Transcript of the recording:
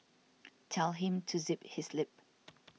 tell him to zip his lip